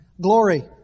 glory